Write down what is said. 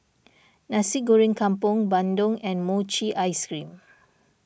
Nasi Goreng Kampung Bandung and Mochi Ice Cream